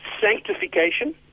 sanctification